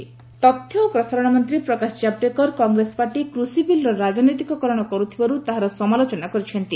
ଜାବଡେକର କଂଗ୍ରେସ ତଥ୍ୟ ଓ ପ୍ରସାରଣ ମନ୍ତ୍ରୀ ପ୍ରକାଶ ଜାବଡେକର କଂଗ୍ରେସ ପାର୍ଟି କୃଷି ବିଲ୍ର ରାଜନୈତିକକରଣ କରୁଥିବାର ତାହାର ସମାଲୋଚନା କରିଛନ୍ତି